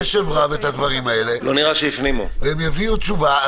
משרד המשפטים שמעו בקשב רב את הדברים האלה והם יביאו תשובה.